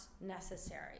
necessary